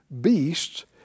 beasts